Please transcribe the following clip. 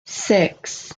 six